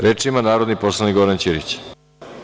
Reč ima narodni poslanik Goran Ćirić.